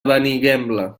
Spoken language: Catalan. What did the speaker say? benigembla